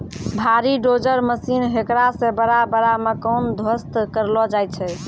भारी dozer machine हेकरा से बड़ा बड़ा मकान ध्वस्त करलो जाय छै